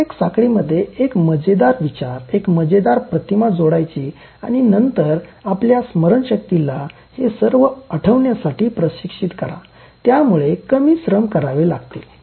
प्रत्येक साखळी मध्ये एक मजेदार विचार एका मजेदार प्रतिमा जोडायची आणि नंतर आपल्या स्मरणशक्तीला हे सर्व आठवण्यासाठी प्रशिक्षित करा त्यामुळे कमी श्रम करावे लागतील